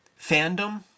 fandom